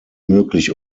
möglich